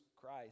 Christ